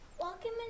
Welcome